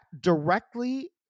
directly